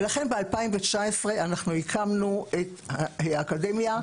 לכן ב-2019 אנחנו הקמנו את האקדמיה,